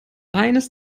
eines